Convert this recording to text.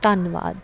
ਧੰਨਵਾਦ